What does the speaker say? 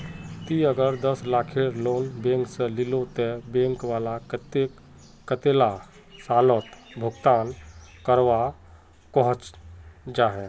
ती अगर दस लाखेर लोन बैंक से लिलो ते बैंक वाला कतेक कतेला सालोत भुगतान करवा को जाहा?